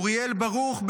אוריאל ברוך,